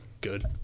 good